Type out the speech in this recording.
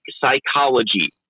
psychology